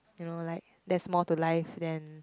you know like there's more to life than